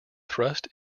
thrust